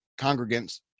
congregants